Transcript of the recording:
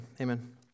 amen